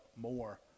more